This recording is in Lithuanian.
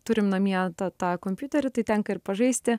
turim namie tą kompiuterį tai tenka ir pažaisti